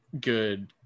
good